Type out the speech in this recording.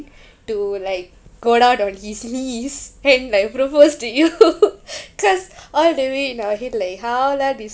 to like go down on his knees and like propose to you cause all the way in our head like how lah this